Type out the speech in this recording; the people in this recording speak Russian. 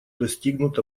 достигнут